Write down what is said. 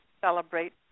celebrate